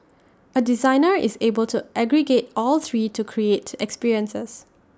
A designer is able to aggregate all three to create experiences